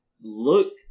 look